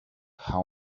how